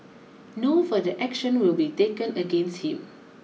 no further action will be taken against him